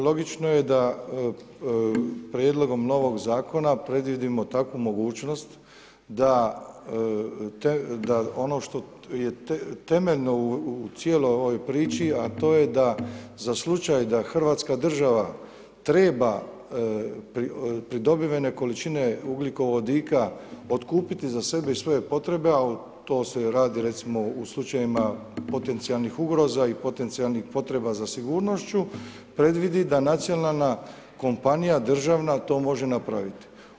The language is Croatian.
Logično je da prijedlogom novog zakona, predvidimo takvu mogućnost da ono što je temeljno u cijeloj ovoj priči, a to je da za slučaj da Hrvatska država treba pridobivene količine ugljikovodika otkupiti za sebe i svoje potrebe, a to se radi, recimo u slučajevima, potencijalnih ugroza i potencijalnih potreba za sigurnošću, predvidi da nacionalna kompanija, državna to može napraviti.